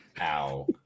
Ow